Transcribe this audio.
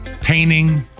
painting